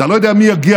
אתה לא יודע מי יגיע,